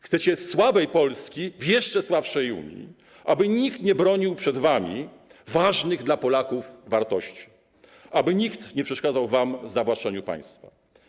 Chcecie słabej Polski w jeszcze słabszej Unii, aby nikt nie bronił przed wami ważnych dla Polaków wartości, aby nikt nie przeszkadzał wam w zawłaszczeniu państwa.